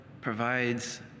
provides